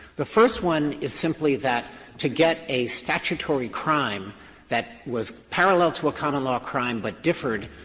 the first one is simply that to get a statutory crime that was parallel to a common law crime but differed,